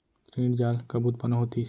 ऋण जाल कब उत्पन्न होतिस?